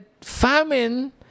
famine